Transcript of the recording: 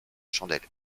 chandelle